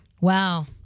Wow